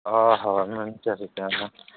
ଅ ହ ଟିକେ